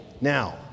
Now